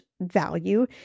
value